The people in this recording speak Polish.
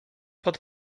pod